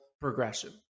progression